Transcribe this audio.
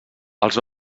els